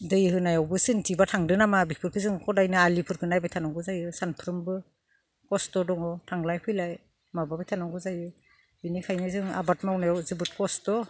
दै होनायावबो सोरनिथिंबा थांदो नामा बेखौनो हदायबो जों आलिफोरखौ नायबाय थानांगौ जायो सानफ्रोमबो खस्थ' दङ थांलाय फैलाय माबाबाय थानांगौ जायो बिनिखायनो जों आबाद मावनायाव जोबोद खस्थ'